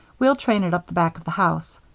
we'll train it up the back of the house.